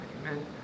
Amen